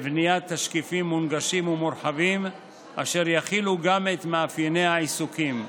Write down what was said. לבניית תשקיפים מונגשים ומורחבים אשר יכילו גם את מאפייני העיסוקים.